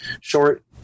short